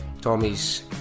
Tommy's